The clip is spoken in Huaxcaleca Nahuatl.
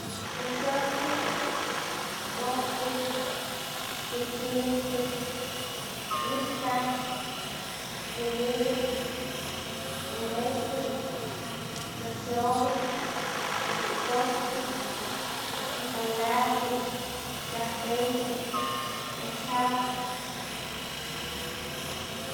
Xoxoktik, kostik, chichiltik, istak, tliliwik, tenextik, xoxowik, tlikostik, chokolatik, kahwentik, poxawak.